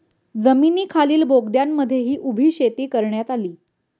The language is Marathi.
जमिनीखालील बोगद्यांमध्येही उभी शेती करण्यात आली